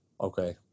Okay